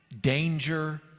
danger